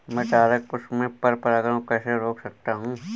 मैं तारक पुष्प में पर परागण को कैसे रोक सकता हूँ?